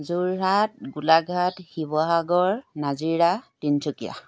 Jorhat Golaghat Sivasagar Nazira Tinsukia